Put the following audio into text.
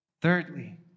Thirdly